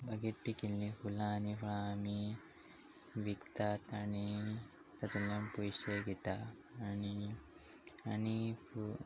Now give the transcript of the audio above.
बागेत पिकिल्लीं फुलां आनी फुळां आमी विकतात आनी तातुंतल्यान पयशे घेता आनी आनी फु